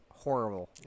Horrible